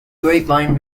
grapevine